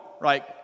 right